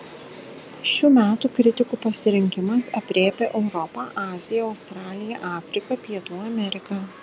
šių metų kritikų pasirinkimas aprėpia europą aziją australiją afriką pietų ameriką